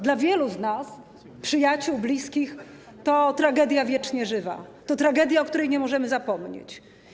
Dla wielu z nas, przyjaciół, bliskich, to tragedia wiecznie żywa, to tragedia, o której nie możemy zapomnieć.